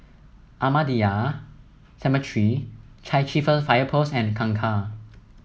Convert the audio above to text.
Ahmadiyya Cemetery Chai Chee Fire Post and Kangkar